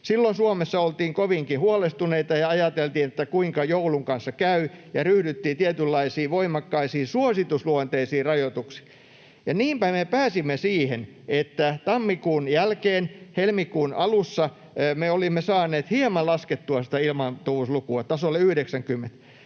Silloin Suomessa oltiin kovinkin huolestuneita ja ajateltiin, että kuinka joulun kanssa käy, ja ryhdyttiin tietynlaisiin voimakkaisiin suositusluonteisiin rajoituksiin. Ja niinpä me pääsimme siihen, että tammikuun jälkeen, helmikuun alussa, me olimme saaneet hieman laskettua sitä ilmaantuvuuslukua, tasolle 90.